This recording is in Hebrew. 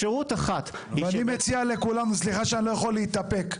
אני מציע לכולם, סליחה שאני לא יכול להתאפק.